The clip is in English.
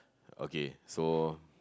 okay so